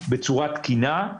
תקינה,